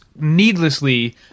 needlessly